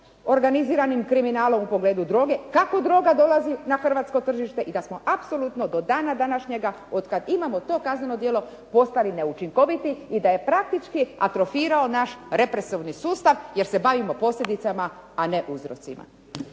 organiziranim kriminalom u pogledu droge, kako droga dolazi na hrvatsko tržište i da smo apsolutno do dana današnjega, otkad imamo to kazneno djelo postali neučinkoviti i da je praktički …/Govornica se ne razumije./… naš represivni sustav jer se bavimo posljedicama, a ne uzrocima.